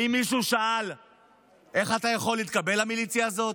האם מישהו שאל איך אתה יכול להתקבל למיליציה הזאת?